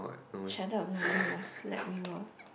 shut up lah or I slap you ah